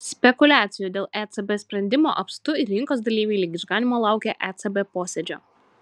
spekuliacijų dėl ecb sprendimo apstu ir rinkos dalyviai lyg išganymo laukia ecb posėdžio